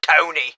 Tony